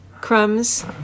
crumbs